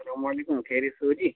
سلام علیکم خیریت سے ہو جی